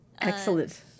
excellent